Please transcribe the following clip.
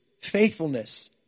faithfulness